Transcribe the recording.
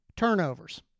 turnovers